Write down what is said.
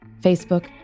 Facebook